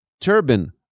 turban